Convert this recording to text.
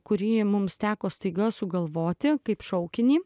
kurį mums teko staiga sugalvoti kaip šaukinį